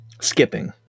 Skipping